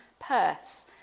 Purse